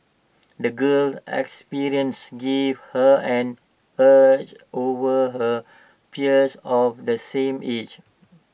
the girl's experiences gave her an edge over her peers of the same age